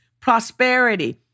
prosperity